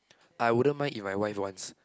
I wouldn't mind if my wife wants